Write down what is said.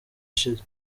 ishize